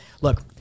look